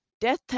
death